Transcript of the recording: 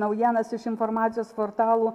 naujienas iš informacijos portalų